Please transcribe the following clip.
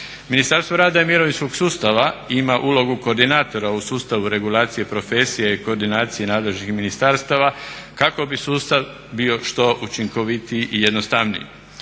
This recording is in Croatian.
Ministarstvo rada i mirovinskog sustava ima ulogu koordinatora u sustavu regulacije profesije i koordinacije nadležnih ministarstava kako bi sustav bio što učinkovitiji i jednostavniji.